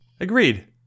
Agreed